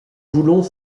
voulons